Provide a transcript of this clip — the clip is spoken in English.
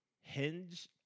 hinge